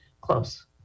close